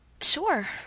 Sure